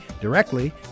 directly